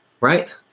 Right